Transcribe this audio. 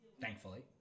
thankfully